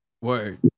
Word